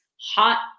hot